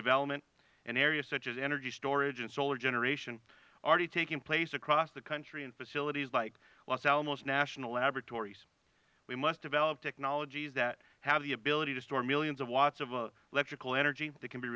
development and areas such as energy storage and solar generation have already taken place across the country in facilities like los alamos national laboratories we must develop technologies that have the ability to store millions of watts of electric energy that can be